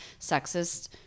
sexist